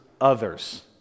others